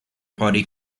party